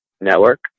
network